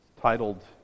titled